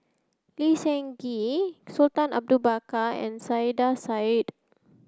Lee Seng Gee Sultan Abu Bakar and Saiedah Said